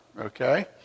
Okay